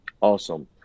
Awesome